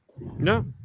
No